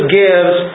gives